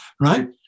Right